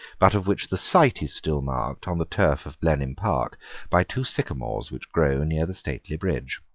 but of which the site is still marked on the turf of blenheim park by two sycamores which grow near the stately bridge.